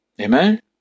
Amen